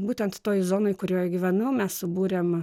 būtent toj zonoj kurioj gyvenu mes subūrėm